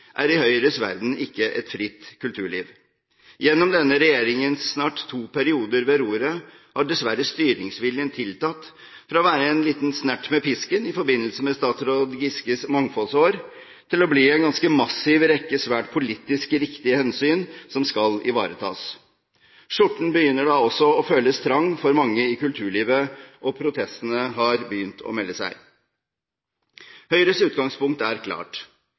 er i Høyres verden ikke et fritt kulturliv. Gjennom denne regjeringens snart to perioder ved roret har dessverre styringsviljen tiltatt, fra å være en liten snert med pisken i forbindelse med statsråd Giskes mangfoldsår til å bli en ganske massiv rekke svært politisk riktige hensyn som skal ivaretas. Skjorten begynner da også å føles trang for mange i kulturlivet, og protestene har begynt å melde seg. Høyres utgangspunkt er klart.